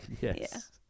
yes